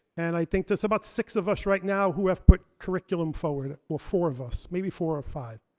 and i think there's about six of us right now who have put curriculum forward, or four of us, maybe four or five.